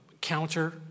counter